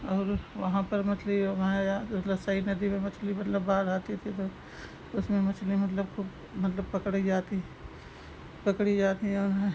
और वह वहाँ पर मछली जो है या मतलब साईं नदी में मछली मतलब बाढ़ आती थी तो उसमें मछली मतलब खूब मतलब पकड़ी जाती है पकड़ी जाती जो है